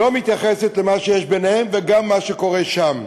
לא מתייחסת למה שיש ביניהם וגם למה שקורה שם.